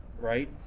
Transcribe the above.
right